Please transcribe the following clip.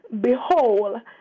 behold